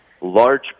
large